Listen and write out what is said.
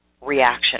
reaction